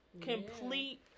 complete